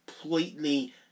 completely